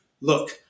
look